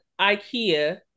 Ikea